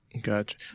Gotcha